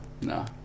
no